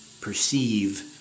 perceive